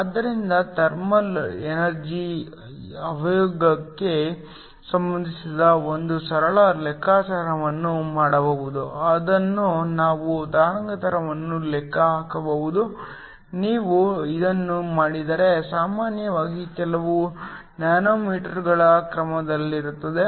ಆದ್ದರಿಂದ thermal energy ಆವೇಗಕ್ಕೆ ಸಂಬಂಧಿಸಿದ ಒಂದು ಸರಳ ಲೆಕ್ಕಾಚಾರವನ್ನು ಮಾಡಬಹುದು ಅದನ್ನು ನಾವು ತರಂಗಾಂತರವನ್ನು ಲೆಕ್ಕ ಹಾಕಬಹುದು ನೀವು ಇದನ್ನು ಮಾಡಿದರೆ ಸಾಮಾನ್ಯವಾಗಿ ಕೆಲವು ನ್ಯಾನೋಮೀಟರ್ಗಳ ಕ್ರಮದಲ್ಲಿರುತ್ತದೆ